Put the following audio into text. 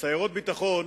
סיירות ביטחון,